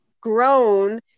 grown